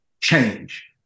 change